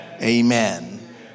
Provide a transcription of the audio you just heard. Amen